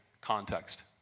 context